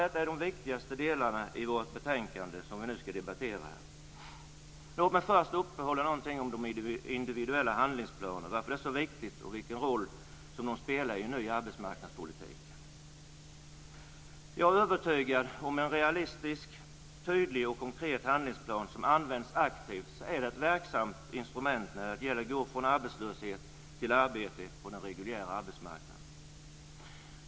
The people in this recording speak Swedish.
Detta är de viktigaste delarna i det betänkande som vi nu ska diskutera. Låt mig först uppehålla mig vid de individuella handlingsplanerna, varför de är så viktiga och vilken roll de spelar i arbetsmarknadspolitiken. Jag är övertygad om att en realistisk, tydlig och konkret handlingsplan som används aktivt är ett verksamt instrument när det gäller att gå från arbetslöshet till arbete på den reguljära arbetsmarknaden.